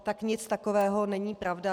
Tak nic takového není pravda.